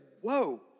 whoa